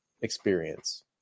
experience